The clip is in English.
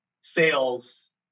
sales